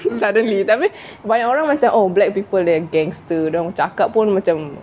suddenly tapi banyak orang macam oh black people they are gangster cakap pun macam